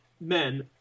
men